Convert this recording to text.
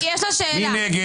לא,